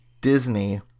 Disney